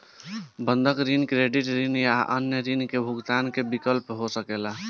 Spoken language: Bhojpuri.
बंधक ऋण, क्रेडिट ऋण या अन्य ऋण के भुगतान में विफलता हो सकेला